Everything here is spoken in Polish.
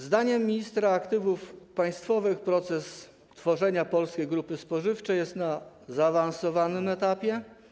Zdaniem ministra aktywów państwowych proces tworzenia Polskiej Grupy Spożywczej jest na zaawansowanym etapie.